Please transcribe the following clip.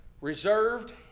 reserved